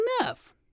enough